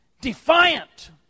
defiant